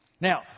Now